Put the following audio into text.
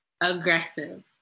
aggressive